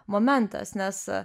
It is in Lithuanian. momentas nes